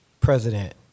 president